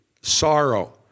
sorrow